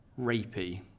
rapey